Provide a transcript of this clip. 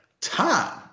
time